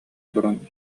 туран